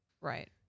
Right